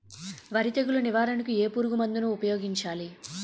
వరి తెగుల నివారణకు ఏ పురుగు మందు ను ఊపాయోగించలి?